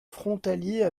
frontalier